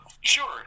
Sure